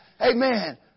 Amen